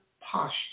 posture